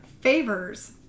favors